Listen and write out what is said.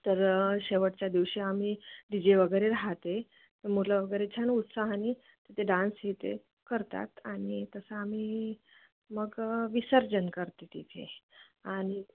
तर शेवटच्या दिवशी आम्ही डी जे वगैरे राहते मुलं वगैरे छान उत्साहाने तिथे डान्स हे ते करतात आणि तसं आम्ही मग विसर्जन करते तिथे आणि